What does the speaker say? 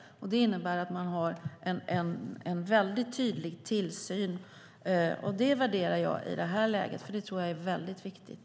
Det innebär att man har en tydlig tillsyn. Det värderar jag i det här läget, för det tror jag är väldigt viktigt.